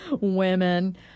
Women